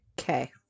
okay